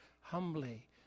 humbly